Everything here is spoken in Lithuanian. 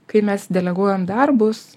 kai mes deleguojam darbus